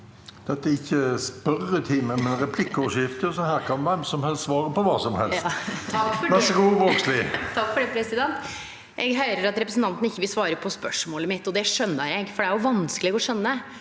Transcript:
Dette er ikke spørretime, men replikkordskifte, så her kan hvem som helst svare på hva som helst. Lene Vågslid (A) Takk for det, president! Eg høyrer at representanten ikkje vil svare på spørsmålet mitt, og det skjøner eg, for det er jo vanskeleg å skjøne